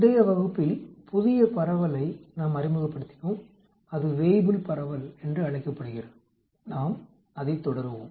முந்தைய வகுப்பில் புதிய பரவலை நாம் அறிமுகப்படுத்தினோம் அது வேய்புல் பரவல் என்று அழைக்கப்படுகிறது நாம் அதைத் தொடருவோம்